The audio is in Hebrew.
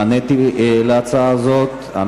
נעניתי להצעה הזאת.